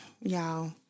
y'all